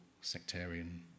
sectarian